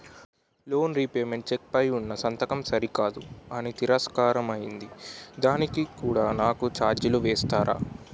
Loan repayment cheque పై ఉన్నా సంతకం సరికాదు అని తిరస్కారం అయ్యింది దానికి కూడా నాకు ఛార్జీలు వేస్తారా?